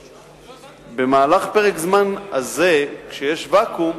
במהלך פרק הזמן הזה, כשיש ואקום,